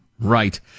right